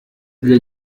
для